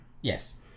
Yes